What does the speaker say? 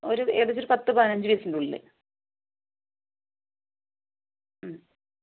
ഒരു ഏകദേശം ഒരു പത്ത് പതിനഞ്ച് പീസിന് ഉള്ളിൽ ഉം